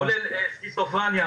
כולל סכיזופרניה,